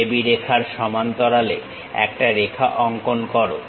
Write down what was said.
AB রেখার সমান্তরালে একটা রেখা অঙ্কন করো